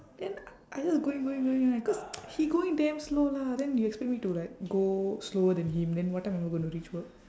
then I just going going going right cause he going damn slow lah then you expect me to like go slower than him then what time am I gonna reach work